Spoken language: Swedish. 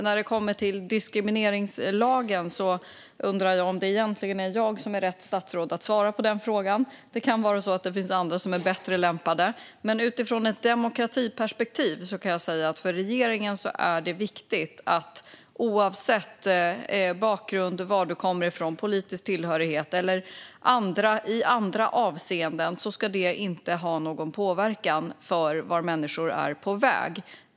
När det kommer till diskrimineringslagen undrar jag om jag är rätt statsråd att svara på den frågan, det kan vara så att det finns andra som är bättre lämpade, men utifrån ett demokratiperspektiv kan jag säga att det för regeringen är viktigt att bakgrund, var du kommer från, politisk tillhörighet eller andra avseenden inte ska ha någon påverkan på vart människor är på väg.